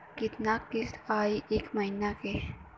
कितना किस्त आई एक महीना के?